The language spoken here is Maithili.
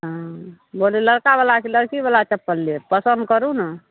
हँ बोलू लड़कावला कि लड़कीवला चप्पल लेब पसन्द करू ने